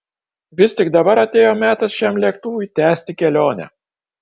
vis tik dabar atėjo metas šiam lėktuvui tęsti kelionę